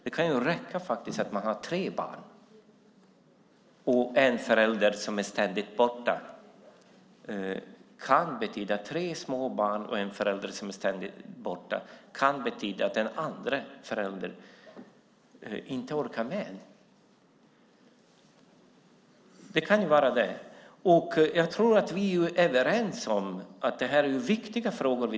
Det kan räcka att man har tre små barn och en förälder som ständigt är borta. Det kan betyda att den andra föräldern inte orkar med. Det kan vara så. Jag tror att vi är överens om att det är viktiga frågor.